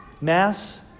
Mass